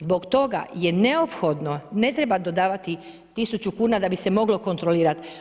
Zbog toga je neophodno, ne treba dodavati 1000 kuna da bi se moglo kontrolirati.